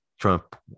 Trump